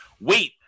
Wait